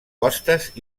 costes